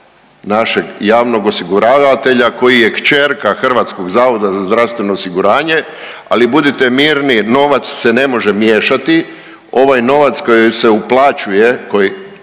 našeg javnog osiguravatelja koji je kćerka HZZO-a, ali budite mirni, novac se ne može miješati, ovaj novac koji se uplaćuje, koji